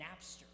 Napster